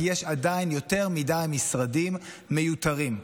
כי יש עדיין יותר מדי משרדים מיותרים.